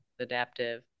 adaptive